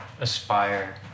aspire